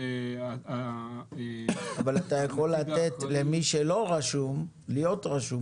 אבל אתה יכול לתת למי שלא רשום להיות רשום.